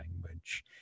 language